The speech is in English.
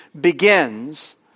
begins